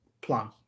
plan